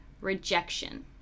rejection